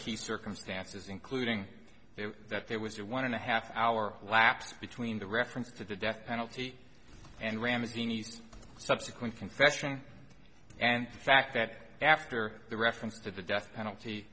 key circumstances including that there was a one and a half hour lapse between the reference to the death penalty and ramsey needs subsequent confession and the fact that after the reference to the death penalty